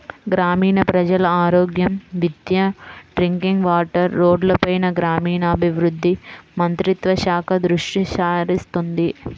గ్రామీణ ప్రజల ఆరోగ్యం, విద్య, డ్రింకింగ్ వాటర్, రోడ్లపైన గ్రామీణాభివృద్ధి మంత్రిత్వ శాఖ దృష్టిసారిస్తుంది